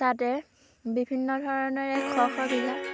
তাতে বিভিন্ন ধৰণেৰে শ শ বিঘা